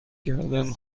کردن